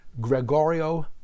Gregorio